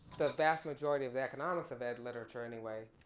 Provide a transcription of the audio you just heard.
the vast majority of the economics of that, literature anyway,